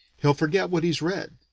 he'll forget what he's read,